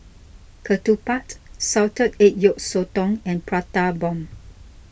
Ketupat Salted Egg Yolk Sotong and Prata Bomb